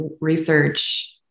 research